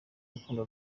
rukundo